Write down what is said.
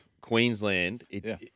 Queensland